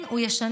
כן, הוא ישנה.